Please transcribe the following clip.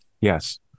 yes